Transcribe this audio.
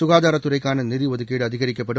சுகதாரத்துறைக்கான நிதி ஒதுக்கீடு அதிகரிக்கப்படும்